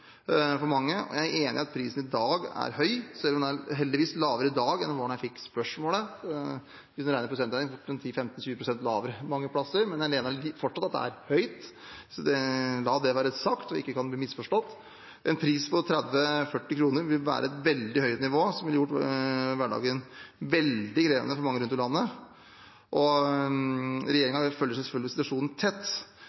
for mange, og jeg er enig i at prisen i dag er høy, selv om den heldigvis er lavere i dag enn den var dag jeg fikk spørsmålet – hvis en regner prosentregning er den fort 10–20 pst. lavere mange plasser. Jeg mener fortsatt at det er høyt, la det være sagt, så det ikke kan bli misforstått. En pris på 30–40 kr ville være et veldig høyt nivå som ville gjort hverdagen veldig krevende for mange rundt om i landet. Regjeringen følger selvfølgelig situasjonen tett, og